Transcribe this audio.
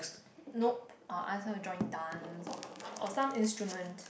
nope I will ask her to join dance or or some instrument